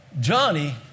Johnny